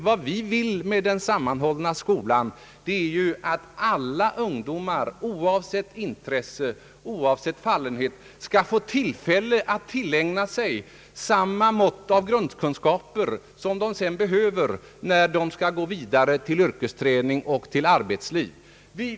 Vad vi vill med den sammanhållna skolan är att alla ungdomar oavsett intresse och fallenhet skall få tillfälle att tillägna sig samma mått av grundkunskaper, kunskaper som de behöver när de skall gå vidare till yrkesutbildning och arbetsliv.